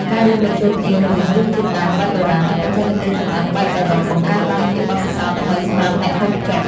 ការរួមបញ្ចូលគ្នារវាងរសជាតិដើមបែបបុរាណនិងបច្ចេកទេសចម្អិនបែបអឺរ៉ុបបង្កើតបានជាបទពិសោធន៍ថ្មីសម្រាប់អ្នកហូបចុក។